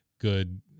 good